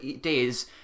days